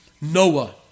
Noah